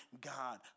God